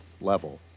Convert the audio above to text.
level